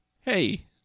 hey